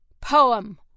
Poem